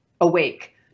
awake